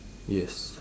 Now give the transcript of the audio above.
yes